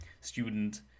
student